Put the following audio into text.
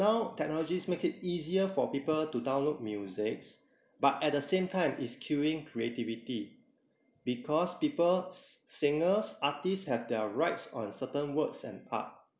now technologies make it easier for people to download musics but at the same time it's killing creativity because people s~ singers artists have their rights on certain words and art